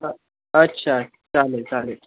हां अच्छा चालेल चालेल